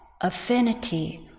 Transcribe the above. affinity